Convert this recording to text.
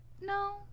no